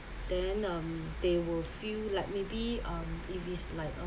then um they will feel like maybe um if it's like